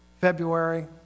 February